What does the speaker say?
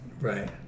Right